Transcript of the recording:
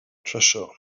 treasure